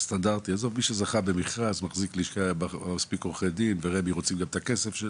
מי שזכה במכרז מחזיק מספיק עורכי דין ורמ"י רוצים גם את הכסף.